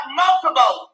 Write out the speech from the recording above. multiple